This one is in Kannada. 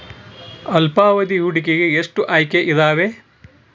ಅಲ್ಪಾವಧಿ ಹೂಡಿಕೆಗೆ ಎಷ್ಟು ಆಯ್ಕೆ ಇದಾವೇ?